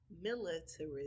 militarism